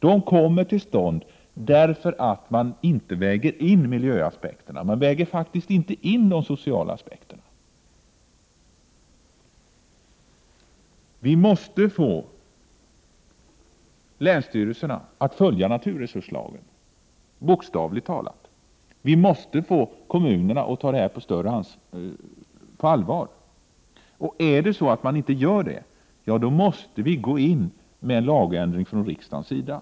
De kommer till stånd därför att man faktiskt inte väger in miljöaspekterna och de sociala aspekterna. Vi måste få länsstyrelserna att följa naturresurslagen, bokstavligt talat. Vi måste få kommunerna att ta detta på allvar. Om man inte gör det så måste vi gå in med en lagändring från riksdagens sida.